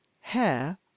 hair